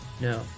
no